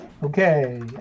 Okay